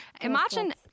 Imagine